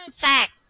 fact